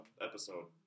episode